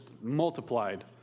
multiplied